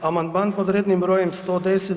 Amandman pod rednim brojem 110.